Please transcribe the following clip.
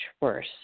worse